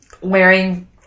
wearing